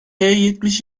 yetmiş